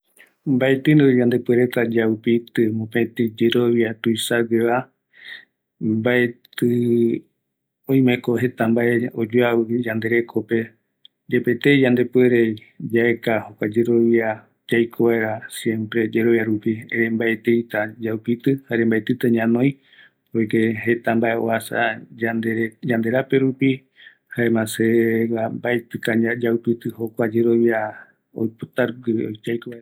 Mbaetɨi yaupitɨta ikavigue yerovia yaiko jejevaera, oïmeñoiko mbae oata yandeve, jaeñoma ñaveguere yayeroviata, oïmeko jeta yandereko ikaviva, jare ikavimbae